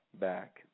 back